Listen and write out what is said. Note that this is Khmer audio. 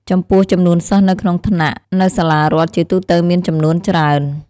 ចំពោះ ចំនួនសិស្សនៅក្នុងមួយថ្នាក់នៅសាលារដ្ឋជាទូទៅមានចំនួនច្រើន។